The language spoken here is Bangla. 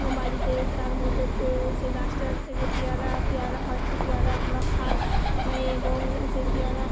বাড়িতে তার মধ্যে সেই গাছটা থেকে পেয়ারা পেয়ারা হয় সেই পেয়ারা আমরা খাই এবং সেই পেয়ারা